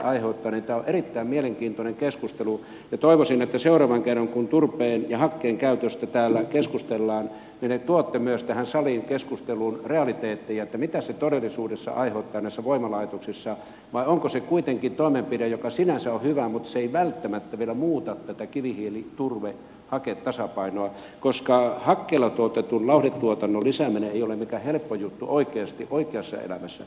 tämä on erittäin mielenkiintoinen keskustelu ja toivoisin että seuraavan kerran kun turpeen ja hakkeen käytöstä täällä keskustellaan niin te tuotte tähän saliin keskusteluun myös realiteetteja mitä se todellisuudessa aiheuttaa näissä voimalaitoksissa vai onko se kuitenkin toimenpide joka sinänsä on hyvä mutta ei välttämättä vielä muuta tätä kivihiiliturvehake tasapainoa koska hakkeella tuotetun lauhdetuotannon lisääminen ei ole mikään helppo juttu oikeasti oikeassa elämässä